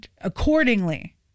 accordingly